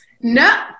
No